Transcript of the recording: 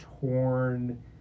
torn